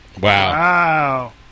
Wow